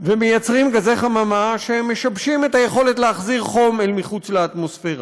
ומייצרים גזי חממה שמשבשים את היכולת להחזיר חום אל מחוץ לאטמוספירה.